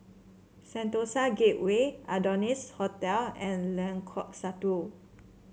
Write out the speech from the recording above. Sentosa Gateway Adonis Hotel and Lengkok Satu